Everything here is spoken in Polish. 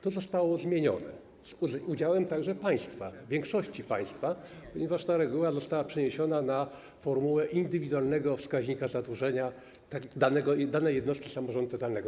To zostało zmienione - z udziałem także państwa, większości państwa - ponieważ ta reguła została przeniesiona na formułę indywidualnego wskaźnika zadłużenia danej jednostki samorządu terytorialnego.